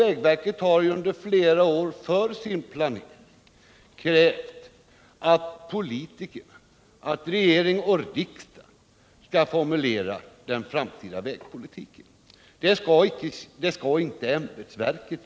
Vägverket har under flera år för sin planering krävt att politikerna, regering och riksdag, skall formulera den framtida vägpolitiken, inte ämbetsverket.